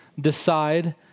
decide